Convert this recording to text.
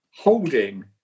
Holding